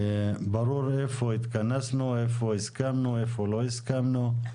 ברור איפה התכנסנו, איפה הסכמנו, איפה לא הסכמנו.